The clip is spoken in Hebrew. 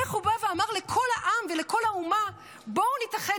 איך הוא בא ואמר לכל העם ולכל האומה: בואו נתאחד,